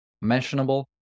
mentionable